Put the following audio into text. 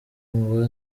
ngo